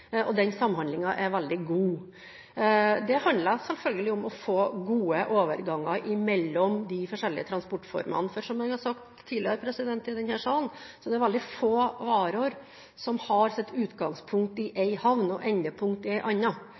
at den samhandlingen er veldig god. Det handler selvfølgelig om å få gode overganger mellom de forskjellige transportformene. For som jeg har sagt tidligere i denne sal, er det veldig få varer som har sitt utgangspunkt i én havn og sitt endepunkt i